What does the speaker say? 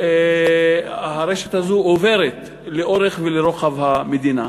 והרשת הזאת עוברת לאורך ולרוחב המדינה,